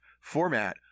format